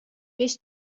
bist